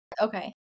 Okay